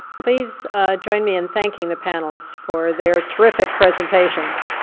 please join me in thanking the panelists for their terrific presentations.